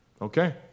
okay